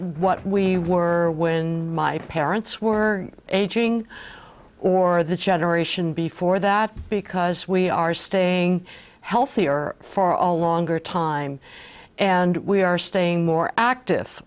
what we were when my parents were aging or the generation before that because we are staying healthier for a longer time and we are staying more active